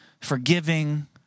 forgiving